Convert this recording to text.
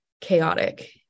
chaotic